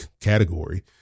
category